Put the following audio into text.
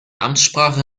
amtssprache